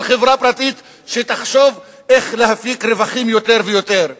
חברה פרטית שתחשוב איך להפיק יותר ויותר רווחים.